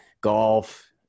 Golf